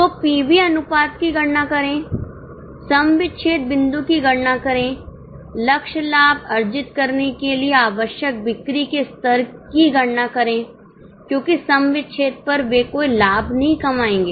तो पीवी अनुपात की गणना करें सम विच्छेद बिंदु की गणना करें लक्ष्य लाभ अर्जित करने के लिए आवश्यक बिक्री के स्तर की गणना करें क्योंकि सम विच्छेद पर वे कोई लाभ नहीं कमाएंगे